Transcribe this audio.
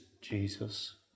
Jesus